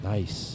Nice